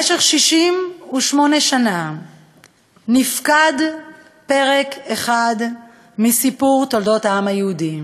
במשך 68 שנה נפקד פרק אחד מסיפור תולדות העם היהודי: